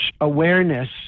awareness